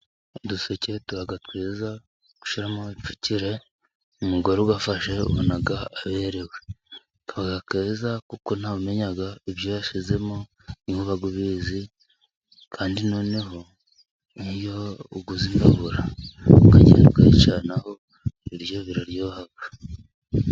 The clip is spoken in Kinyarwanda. Uduseke tuba twiza gushyiramo ipfukire, umugore ugafashe ubona aberewe, kaba keza kuko ntawe umenya ibyo yashyizemo niwe uba ubizi, Kandi none ho, niyo uguze imbabura, ukagenda ukayicanaho ibiryo biraryoha.